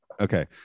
Okay